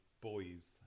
boys